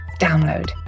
download